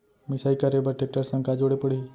मिसाई करे बर टेकटर संग का जोड़े पड़ही?